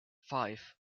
five